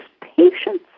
patience